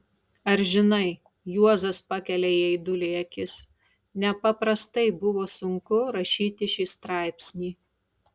ar žinai juozas pakelia į aidulį akis nepaprastai buvo sunku rašyti šį straipsnį